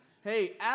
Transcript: hey